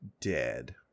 dead